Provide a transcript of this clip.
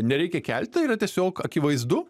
nereikia kelti yra tiesiog akivaizdu